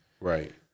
Right